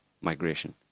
migration